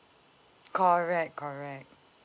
correct correct